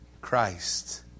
Christ